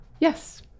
Yes